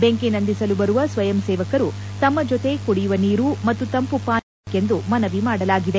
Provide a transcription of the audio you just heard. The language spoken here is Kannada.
ಬೆಂಕಿ ನಂದಿಸಲು ಬರುವ ಸ್ವಯಂ ಸೇವಕರು ತಮ್ನ ಜೊತೆ ಕುಡಿಯುವ ನೀರು ಮತ್ತು ತಂಪು ಪಾನೀಯಗಳನ್ನು ತರಬೇಕೆಂದು ಮನವಿ ಮಾಡಲಾಗಿದೆ